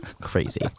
Crazy